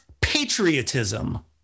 patriotism